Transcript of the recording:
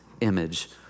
image